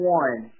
one